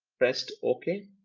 pressed ok,